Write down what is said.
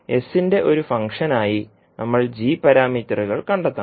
s ന്റെ ഒരു ഫംഗ്ഷനായി നമ്മൾ g പാരാമീറ്ററുകൾ കണ്ടെത്തണം